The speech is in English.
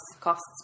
costs